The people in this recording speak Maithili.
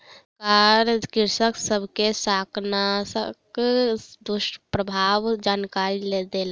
सरकार कृषक सब के शाकनाशक दुष्प्रभावक जानकरी देलक